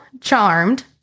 Charmed